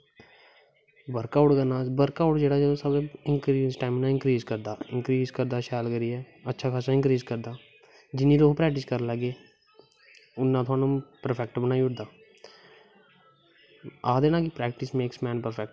workout करना workout साढ़ा increase stamina increase करदा अच्चा खास्सा इंक्रीज़ करदा जिन्नै तिर ओह् प्रैक्टिस करन लगे उन्ना थोआनू प्रफैक्ट बनाई ओड़दे आखदे ना प्रैक्टिस मेक्स मैन दा प्रफैक्ट